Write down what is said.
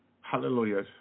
hallelujah